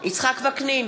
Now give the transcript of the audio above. יצחק וקנין,